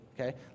okay